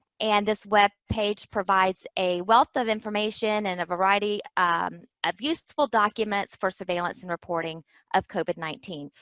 and this webpage provides a wealth of information and a variety of useful documents for surveillance and reporting of covid nineteen.